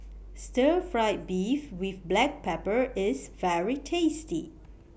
Stir Fried Beef with Black Pepper IS very tasty